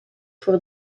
voor